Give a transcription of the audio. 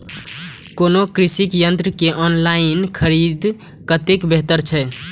कोनो कृषि यंत्र के ऑनलाइन खरीद कतेक बेहतर छै?